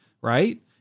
Right